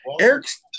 Eric's